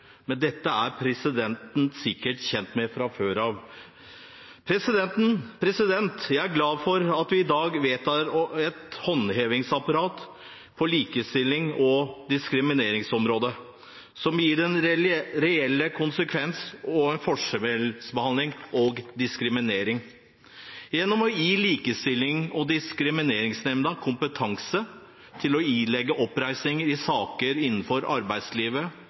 men dette er presidenten sikkert kjent med fra før. Jeg er glad for at vi i dag vedtar et håndhevingsapparat på likestillings- og diskrimineringsområdet som gir reelle konsekvenser når man forskjellsbehandler og diskriminerer. Gjennom å gi Likestillings- og diskrimineringsnemnda kompetanse til å ilegge oppreisning i saker innenfor arbeidslivet